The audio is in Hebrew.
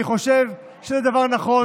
אני חושב שזה דבר נכון,